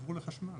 שיעברו לחשמל.